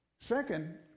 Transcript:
Second